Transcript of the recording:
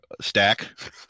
stack